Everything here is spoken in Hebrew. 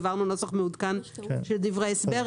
העברנו נוסח מעודכן של דברי הסבר.